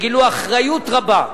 שגילו אחריות רבה,